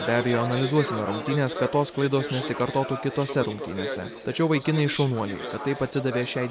be abejo analizuosime rungtynes kad tos klaidos nesikartotų kitose rungtynėse tačiau vaikinai šaunuoliai kad taip atsidavė šiai